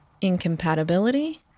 incompatibility